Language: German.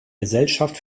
gesellschaft